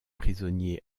prisonnier